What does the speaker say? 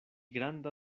granda